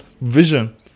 vision